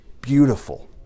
beautiful